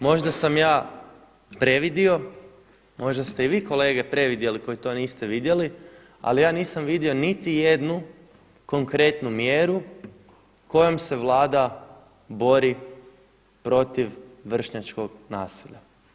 Možda sam ja previdio, možda ste i vi kolete previdjeli koji to niste vidjeli, ali ja nisam vidio niti jednu konkretnu mjeru kojom se Vlada bori protiv vršnjačkog nasilja.